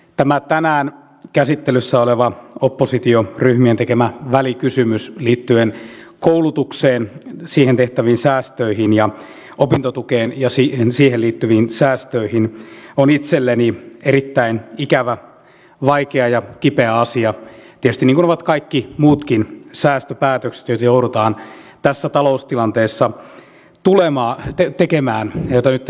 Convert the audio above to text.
tämä tänään käsittelyssä oleva oppositioryhmien tekemä välikysymys liittyen koulutukseen siihen tehtäviin säästöihin ja opintotukeen ja siihen liittyviin säästöihin on itselleni erittäin ikävä vaikea ja kipeä asia tietysti niin kuin ovat kaikki muutkin säästöpäätökset joita joudutaan tässä taloustilanteessa tekemään ja joita nyt tässä tulee